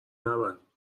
نبند